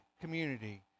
community